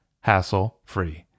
hassle-free